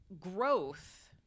growth